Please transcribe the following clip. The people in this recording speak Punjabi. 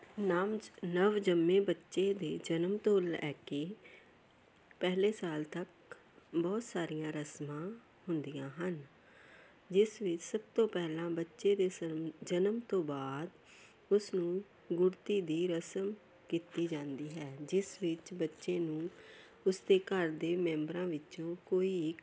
ਨਮ ਨਵ ਜੰਮੇ ਬੱਚੇ ਦੇ ਜਨਮ ਤੋਂ ਲੈ ਕੇ ਪਹਿਲੇ ਸਾਲ ਤੱਕ ਬਹੁਤ ਸਾਰੀਆਂ ਰਸਮਾਂ ਹੁੰਦੀਆਂ ਹਨ ਜਿਸ ਵਿੱਚ ਸਭ ਤੋਂ ਪਹਿਲਾਂ ਬੱਚੇ ਦੇ ਸ ਜਨਮ ਤੋਂ ਬਾਅਦ ਉਸ ਨੂੰ ਗੁੜਤੀ ਦੀ ਰਸਮ ਕੀਤੀ ਜਾਂਦੀ ਹੈ ਜਿਸ ਵਿੱਚ ਬੱਚੇ ਨੂੰ ਉਸਦੇ ਘਰ ਦੇ ਮੈਂਬਰਾਂ ਵਿੱਚੋਂ ਕੋਈ ਇੱਕ